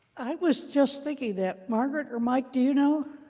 i was just thinking that. margaret or mike, do you know?